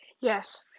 Yes